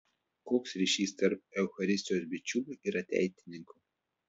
koks ryšys tarp eucharistijos bičiulių ir ateitininkų